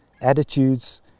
attitudes